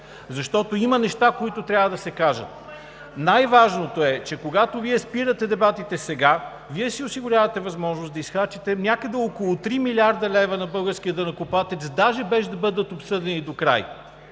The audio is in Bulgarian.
Защото има неща, които трябва да се кажат! Най-важното е, че когато Вие спирате дебатите сега, Вие си осигурявате възможност да изхарчите някъде около 3 млрд. лв. на българския данъкоплатец даже без да бъдат обсъдени докрай!